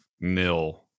nil